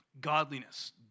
godliness